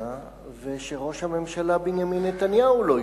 וראש הממשלה בנימין נתניהו לא השתכנע.